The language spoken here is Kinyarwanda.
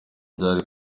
byari